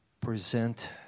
present